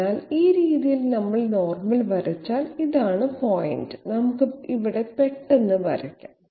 അതിനാൽ ഈ രീതിയിൽ നമ്മൾ നോർമൽ വരച്ചാൽ ഇതാണ് പോയിന്റ് നമുക്ക് ഇവിടെ പെട്ടെന്ന് വരയ്ക്കാം